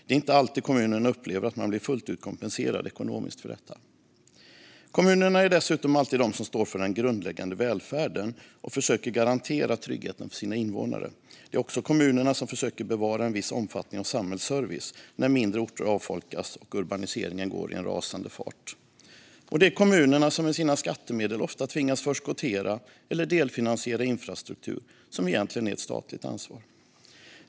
Det är inte alltid som kommunerna upplever att de blir fullt ut kompenserade ekonomiskt för detta. Kommunerna är dessutom alltid de som står för den grundläggande välfärden och som försöker garantera tryggheten för sina invånare. Det är också kommunerna som försöker bevara en viss omfattning av samhällsservice när mindre orter avfolkas och urbaniseringen går i en rasande fart. Och det är kommunerna som med sina skattemedel ofta tvingas förskottera eller delfinansiera infrastruktur som egentligen är ett statligt ansvar.